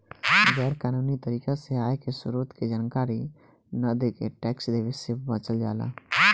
गैर कानूनी तरीका से आय के स्रोत के जानकारी न देके टैक्स देवे से बचल जाला